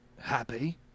happy